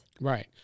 Right